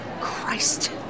Christ